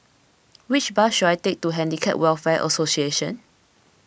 which bus should I take to Handicap Welfare Association